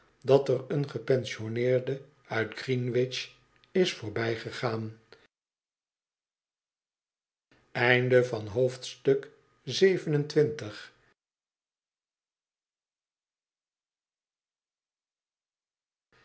dat er een gepensioneerde uit greenwich is voorbijgegaan